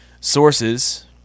Sources